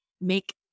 make